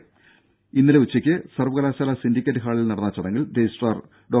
ചൊവ്വാഴ്ച ഉച്ചക്ക് സർവകലാശാല സിൻഡിക്കറ്റ് ഹാളിൽ നടന്ന ചടങ്ങിൽ രജിസ്ട്രാർ ഡോ